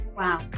wow